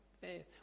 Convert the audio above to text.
faith